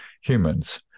humans